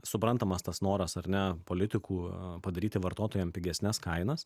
suprantamas tas noras ar ne politikų padaryti vartotojam pigesnes kainas